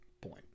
point